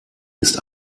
ist